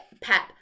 Pep